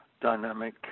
dynamic